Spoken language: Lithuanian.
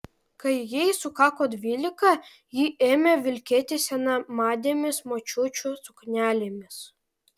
kai jai sukako dvylika ji ėmė vilkėti senamadėmis močiučių suknelėmis